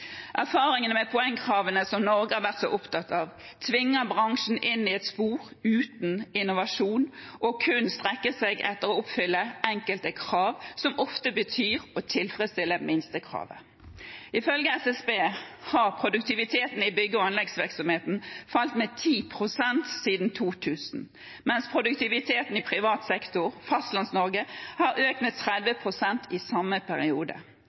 Erfaringene med poengkravene, som Norge har vært så opptatt av, tvinger bransjen inn i et spor uten innovasjon, men kun å strekke seg etter å oppfylle enkelte krav, noe som ofte betyr å tilfredsstille minstekravet. Ifølge SSB har produktiviteten i bygge- og anleggsvirksomheten falt med 10 pst. siden 2000, mens produktiviteten i privat sektor i Fastlands-Norge har økt med 30 pst. i samme periode.